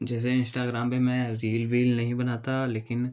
जैसे इंस्टाग्राम पर मैं रील वील नहीं बनाता लेकिन